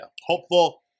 hopeful